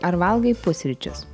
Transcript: ar valgai pusryčius